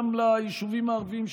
גם ליישובים הערביים,